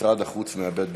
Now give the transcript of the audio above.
משרד החוץ מאבד ממעמדו.